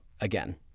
Again